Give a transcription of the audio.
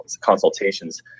consultations